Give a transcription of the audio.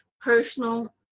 personal